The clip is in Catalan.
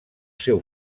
seu